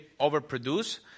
overproduce